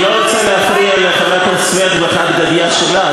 אני לא רוצה להפריע לחברת הכנסת סויד עם החד-גדיא שלה,